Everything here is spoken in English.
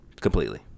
Completely